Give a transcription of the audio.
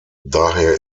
daher